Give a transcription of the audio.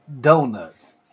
donuts